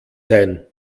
sein